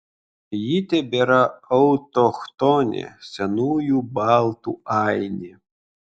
ji tebėra autochtonė senųjų baltų ainė